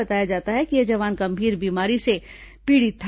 बताया जाता है कि यह जवान गंभीर बीमारी से पीड़ित था